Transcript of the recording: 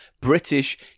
British